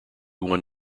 one